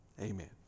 amen